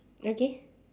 okay